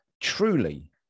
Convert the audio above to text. truly